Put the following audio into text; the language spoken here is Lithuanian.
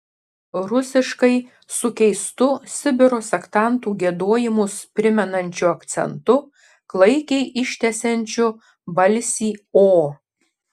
rusiškai su keistu sibiro sektantų giedojimus primenančiu akcentu klaikiai ištęsiančiu balsį o